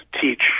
teach